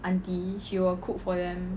auntie she will cook for them